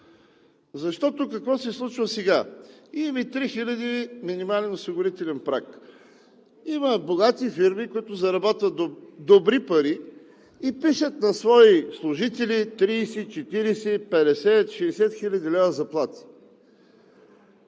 Какво се случва сега? Имаме 3000 лв. минимален осигурителен праг. Има богати фирми, които заработват добри пари, и пишат на свои служители 30, 40, 50, 60 хил. лв. заплата.